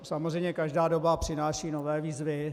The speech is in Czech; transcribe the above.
Samozřejmě každá doba přináší nové výzvy.